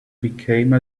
became